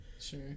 sure